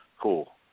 cool